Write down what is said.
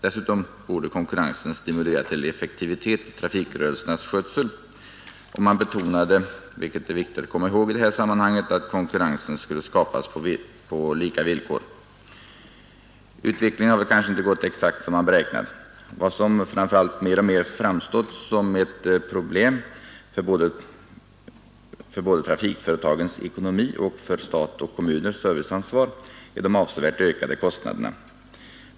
Dessutom borde konkurrensen stimulera till effektivitet i trafikrörelsernas skötsel. Man betonade, vilket är viktigt att komma ihåg i detta sammanhang, att konkurrensen skulle skapas på lika villkor. Utvecklingen har kanske inte gått exakt som man beräknat. Vad som framför allt mer och mer framstått som ett problem för både trafikföretagens ekonomi och statens och kommunernas serviceansvar är de avsevärt ökade kostnaderna.